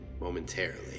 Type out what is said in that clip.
momentarily